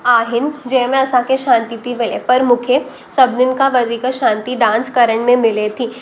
आहिनि जंहिंमे असांखे शांती थी मिले पर मूंखे सभिनीनि खां वधीक शांती डांस करण में मिले थी